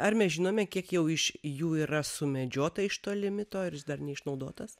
ar mes žinome kiek jau iš jų yra sumedžiota iš tolimitorijos dar neišnaudotas